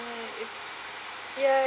oh it's ya